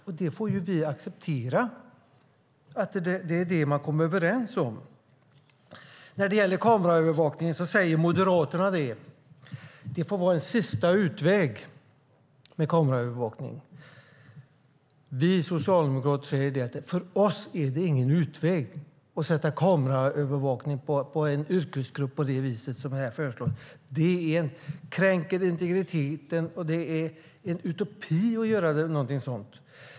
Och vi får acceptera att det är det som man kom överens om. När det gäller kameraövervakning säger Moderaterna: Det får vara en sista utväg med kameraövervakning. Vi socialdemokrater säger: För oss är det ingen utväg att sätta kameraövervakning på en yrkesgrupp på det vis som här föreslås. Det kränker integriteten, och det är en utopi att göra någonting sådant.